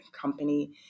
company